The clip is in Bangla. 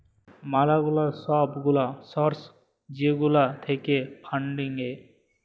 ম্যালা গুলা সব গুলা সর্স যেগুলা থাক্যে ফান্ডিং এ